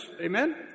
Amen